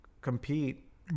compete